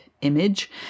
image